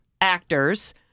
actors